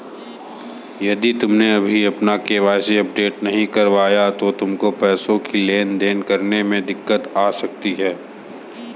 यदि तुमने अभी अपना के.वाई.सी अपडेट नहीं करवाया तो तुमको पैसों की लेन देन करने में दिक्कत आ सकती है